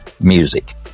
music